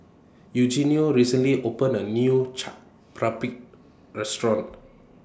Eugenio recently opened A New Chaat Papri Restaurant